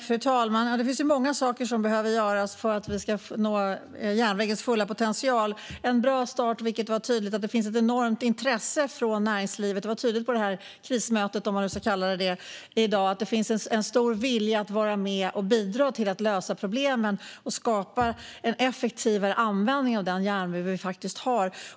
Fru talman! Det är många saker som behöver göras för att vi ska kunna utnyttja järnvägens fulla potential. En bra start är att det finns ett enormt intresse från näringslivet, vilket var tydligt på krismötet - om man nu ska kalla det så - i dag. Det finns en stor vilja att vara med och bidra till att lösa problemen och skapa en effektivare användning av den järnväg vi faktiskt har.